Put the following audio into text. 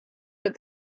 but